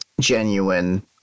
genuine